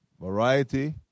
variety